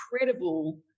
incredible